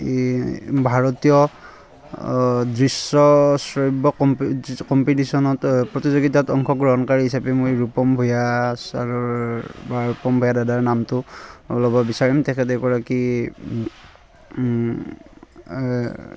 এই ভাৰতীয় দৃশ্য শ্ৰাব্য কম্পিটিশ্যনত প্ৰতিযোগিতাত অংশগ্ৰহণকাৰী হিচাপে মই ৰূপম ভূঞা ছাৰৰ অঁ ৰূপম দাদাৰ নামটো ল'ব বিচাৰিম তেখেত এগৰাকী